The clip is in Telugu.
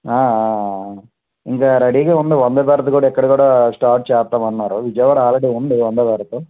ఇంకా రెడీగా ఉండవు వందే భారత్ కూడా ఇక్కడ కూడా స్టార్ట్ చేస్తామన్నారు విజయవాడలో ఆల్రెడీ ఉంది వందే భారత్